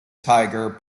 tiger